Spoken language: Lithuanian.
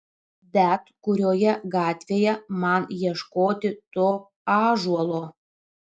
bet kurioje gatvėje man ieškoti to ąžuolo